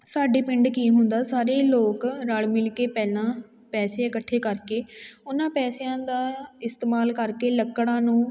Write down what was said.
ਸਾਡੇ ਪਿੰਡ ਕੀ ਹੁੰਦਾ ਸਾਰੇ ਲੋਕ ਰਲ ਮਿਲ ਕੇ ਪਹਿਲਾਂ ਪੈਸੇ ਇਕੱਠੇ ਕਰਕੇ ਉਹਨਾਂ ਪੈਸਿਆਂ ਦਾ ਇਸਤੇਮਾਲ ਕਰਕੇ ਲੱਕੜਾਂ ਨੂੰ